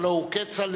הלוא הוא כצל'ה,